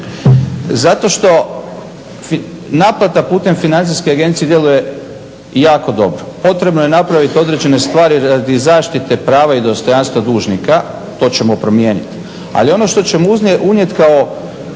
zato što naplata putem financijske agencije djeluje jako dobro. Potrebno je napraviti određene stvari radi zaštite prava i dostojanstva dužnika, to ćemo promijeniti. Ali ono što ćemo unijeti kao